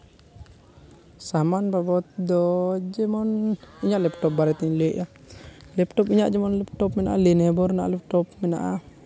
ᱥᱟᱢᱟᱱ ᱵᱟᱵᱚᱫᱽ ᱫᱚ ᱡᱮᱢᱚᱱ ᱤᱧᱟᱹᱜ ᱞᱮᱯᱴᱚᱯ ᱵᱟᱨᱮᱛᱮᱧ ᱞᱟᱹᱭᱮᱫᱼᱟ ᱞᱮᱯᱴᱚᱯ ᱤᱧᱟᱹᱜ ᱡᱮᱢᱚᱱ ᱞᱮᱯᱴᱚᱯ ᱢᱮᱱᱟᱜ ᱞᱮᱱᱳᱵᱷᱳ ᱨᱮᱱᱟᱜ ᱞᱮᱯᱴᱚᱯ ᱢᱮᱱᱟᱜᱼᱟ